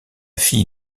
fille